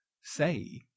say